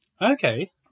okay